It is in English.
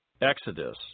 Exodus